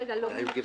עד סעיף 6. רגע,